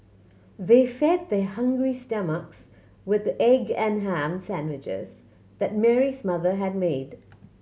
they fed their hungry stomachs with the egg and ham sandwiches that Mary's mother had made